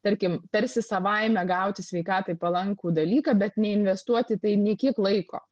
tarkim tarsi savaime gauti sveikatai palankų dalyką bet neinvestuoti į tai nei kiek laiko